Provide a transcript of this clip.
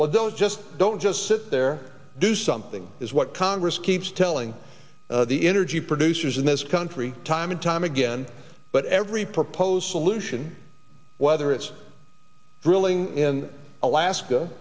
don't just don't just sit there do something is what congress keeps telling the energy producers in this country time and time again but every proposed solution whether it's drilling in alaska